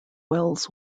wells